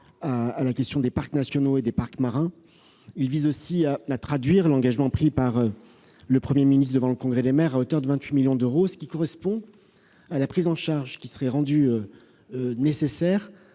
à la question des parcs nationaux et des parcs marins -et, d'autre part, à traduire l'engagement pris par le Premier ministre devant le Congrès des maires, à hauteur de 28 millions d'euros. Cela correspond à la prise en charge qui serait rendue nécessaire